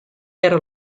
era